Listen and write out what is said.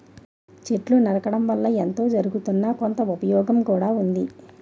చెట్లు నరకడం వల్ల ఎంతో జరగుతున్నా, కొంత ఉపయోగం కూడా ఉంది